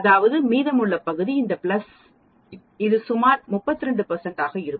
அதாவது மீதமுள்ள பகுதி இந்த பிளஸ்இது சுமார் 32 ஆக இருக்கும்